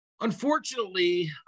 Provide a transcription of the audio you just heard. unfortunately